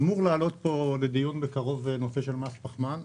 אמור לעלות כאן לדיון בקרוב נושא מס הפחמן.